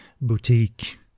boutique